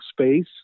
space